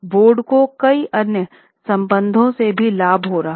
board को कई अन्य संबंधों से भी लाभ हो रहा था